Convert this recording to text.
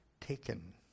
taken